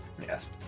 Yes